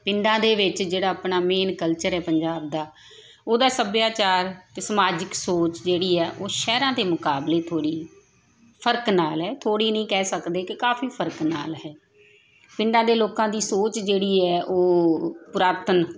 ਪਿੰਡਾਂ ਦੇ ਵਿੱਚ ਜਿਹੜਾ ਆਪਣਾ ਮੇਨ ਕਲਚਰ ਹੈ ਪੰਜਾਬ ਦਾ ਉਹਦਾ ਸੱਭਿਆਚਾਰ ਅਤੇ ਸਮਾਜਿਕ ਸੋਚ ਜਿਹੜੀ ਹੈ ਉਹ ਸ਼ਹਿਰਾਂ ਦੇ ਮੁਕਾਬਲੇ ਥੋੜ੍ਹੀ ਫਰਕ ਨਾਲ ਹੈ ਥੋੜ੍ਹੀ ਨਹੀਂ ਕਹਿ ਸਕਦੇ ਕਿ ਕਾਫੀ ਫਰਕ ਨਾਲ ਹੈ ਪਿੰਡਾਂ ਦੇ ਲੋਕਾਂ ਦੀ ਸੋਚ ਜਿਹੜੀ ਹੈ ਉਹ ਪੁਰਾਤਨ